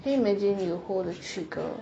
can you imagine you hold the trigger